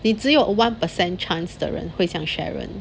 你只有 one percent chance 的人会像 sharon